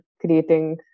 creating